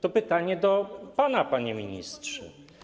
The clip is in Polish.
To pytanie do pana, panie ministrze.